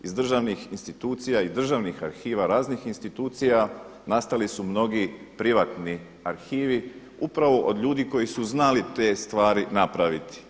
Iz državnih institucija i državnih arhiva raznih institucija nastali su mnogi privatni arhivi upravo od ljudi koji su znali te stvari napraviti.